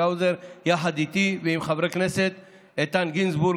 האוזר יחד איתי ועם חברי הכנסת איתן גינזבורג,